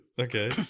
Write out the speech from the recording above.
Okay